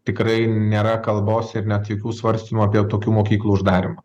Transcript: tikrai nėra kalbos ir net jokių svarstymų apie tokių mokyklų uždarymą